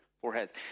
foreheads